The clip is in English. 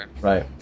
Right